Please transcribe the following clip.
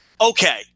Okay